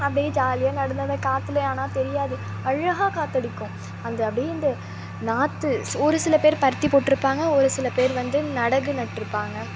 அப்படியே ஜாலியாக நடந்து அந்த காற்றுலயே ஆனால் தெரியாது அழகாக காற்றடிக்கும் அந்த அப்படியே அந்த நாற்று ஒரு சில பேர் பருத்தி போட்டிருப்பாங்க ஒரு சில பேர் வந்து நடவு நட்டிருப்பாங்க